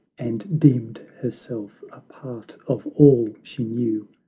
and deemed herself a part of all she knew,